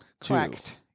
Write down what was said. correct